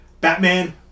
Batman